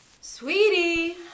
Sweetie